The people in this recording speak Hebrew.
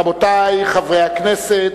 רבותי חברי הכנסת,